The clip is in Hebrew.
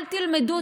אל תלמדו,